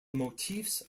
motifs